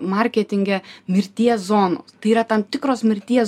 marketinge mirties zonos tai yra tam tikros mirties